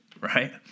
right